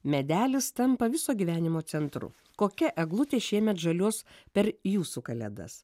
medelis tampa viso gyvenimo centru kokia eglutė šiemet žaliuos per jūsų kalėdas